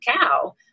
cow